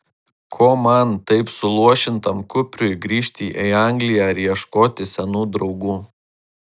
ko man taip suluošintam kupriui grįžti į angliją ar ieškoti senų draugų